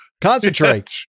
concentrate